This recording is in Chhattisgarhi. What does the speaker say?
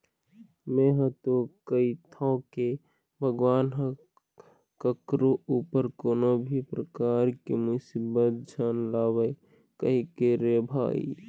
में हा तो कहिथव के भगवान ह कखरो ऊपर कोनो भी परकार के मुसीबत झन लावय कहिके रे भई